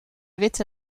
witte